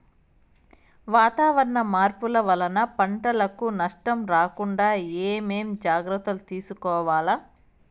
వాతావరణ మార్పులు వలన పంటలకు నష్టం రాకుండా ఏమేం జాగ్రత్తలు తీసుకోవల్ల?